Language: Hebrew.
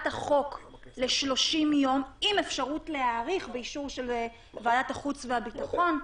החוק ל-30 יום עם אפשרות להאריך באישור של ועדת החוץ והביטחון.